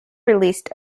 released